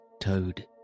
Toad